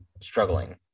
struggling